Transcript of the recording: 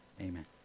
Amen